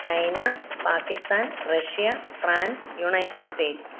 China Pakistan Russia France United States